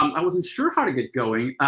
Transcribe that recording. um i wasn't sure how to get going.